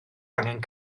angen